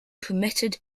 permitted